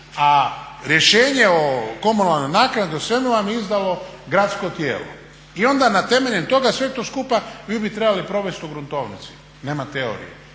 A rješenje o komunalnoj naknadi, o svemu vam je izdalo gradsko tijelo. I onda na temelju toga sve to skupa vi bi trebali provesti u gruntovnici. Nema teorije.